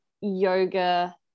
yoga